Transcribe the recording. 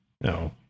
No